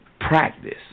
practice